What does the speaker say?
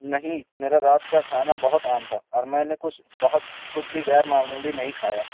نہیں میرا رات کا کھانا بہت عام تھا اور میں نے کچھ بہت کچھ بھی غیر معمولی نہیں کھایا